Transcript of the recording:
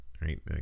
right